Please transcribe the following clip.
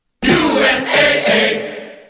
USAA